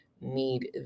need